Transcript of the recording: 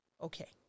Okay